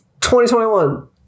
2021